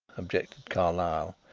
objected carlyle,